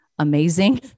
amazing